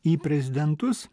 į prezidentus